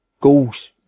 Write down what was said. Goals